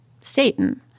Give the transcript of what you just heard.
Satan